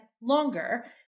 longer